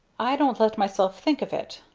i don't let myself think of it.